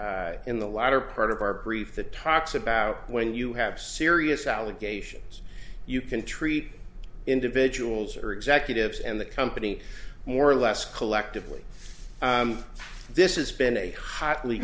citation in the latter part of our brief the talks about when you have serious allegations you can treat individuals or executives and the company more or less collectively this is been a hotly